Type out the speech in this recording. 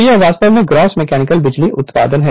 तो यह वास्तव में ग्रास मैकेनिकल बिजली उत्पादन है